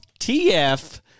TF